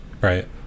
right